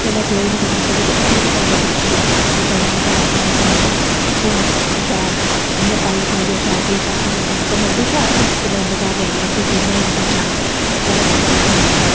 फिर में गेई में दीदी गी आखेआ दीदी अदरक पाना कुट्टियै लाची पानी दालचीनी पानी सौंफ पानी शैल इ'यां पाई पूइयै शैल करियै चाह् बनाओ हां दिक्खो हां बनदी शैल नेईं फिर में उं'दे घर जाइयै दीदी ई बनाई दित्ती चाह् में आखेआ लैओ में चाह् बनाई ऐ